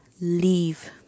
leave